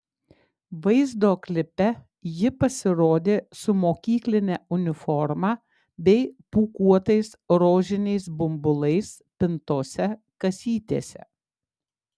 vaizdo klipe ji pasirodė su mokykline uniforma bei pūkuotais rožiniais bumbulais pintose kasytėse